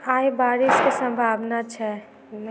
आय बारिश केँ सम्भावना छै?